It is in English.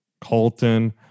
Colton